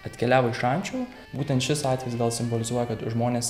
atkeliavo iš šančių būtent šis atvejis gal simbolizuoja kad žmonės